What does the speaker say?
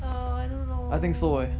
err I don't know